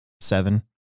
seven